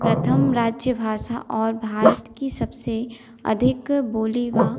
प्रथम राज्य भाषा और भारत की सबसे अधिक बोली वह